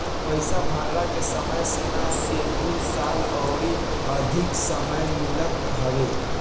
पईसा भरला के समय सीमा से दू साल अउरी अधिका समय मिलत हवे